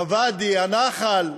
הוואדי, הנחל.